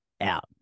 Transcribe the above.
out